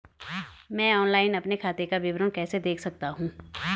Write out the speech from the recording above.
मैं ऑनलाइन अपने खाते का विवरण कैसे देख सकता हूँ?